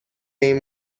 این